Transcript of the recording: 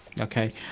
okay